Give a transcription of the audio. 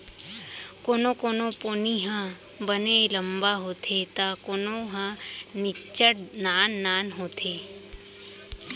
कोनो कोनो पोनी ह बने लंबा होथे त कोनो ह निच्चट नान नान होथे